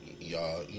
y'all